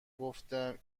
گفتم